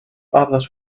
others